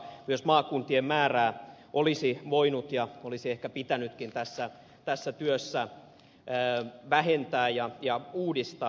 myös maakuntien määrää olisi voinut ja olisi ehkä pitänytkin tässä työssä vähentää ja uudistaa